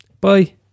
Bye